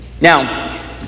now